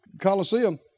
Coliseum